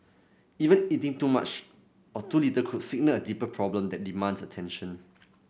even eating too much or too little could signal a deeper problem that demands attention